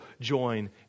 join